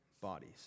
bodies